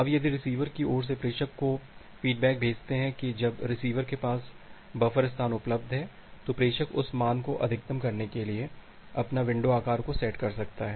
अब यदि रिसीवर की ओर से प्रेषक को फीडबैक भेजते हैं कि जब रिसीवर के पास बफर स्थान उपलब्ध है तो प्रेषक उस मान को अधिकतम करने के लिए अपना विंडो आकार को सेट कर सकता है